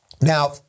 Now